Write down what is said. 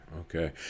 Okay